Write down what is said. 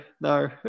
no